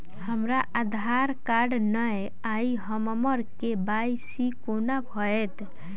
हमरा आधार कार्ड नै अई हम्मर के.वाई.सी कोना हैत?